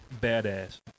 Badass